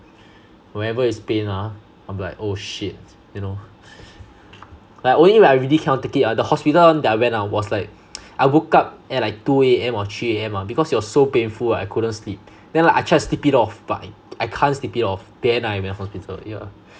whenever is pain ah I'm like oh shit you know like only when I really cannot take it ah the hospital that I went ah was like I woke up at like two A_M or three A_M ah because it was so painful ah I couldn't sleep then like I try to sleep it off but I can't sleep it off in a hospital yeah